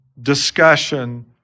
discussion